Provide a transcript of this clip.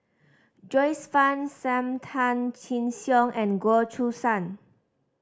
Joyce Fan Sam Tan Chin Siong and Goh Choo San